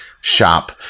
shop